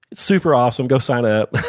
it's super awesome. go signup.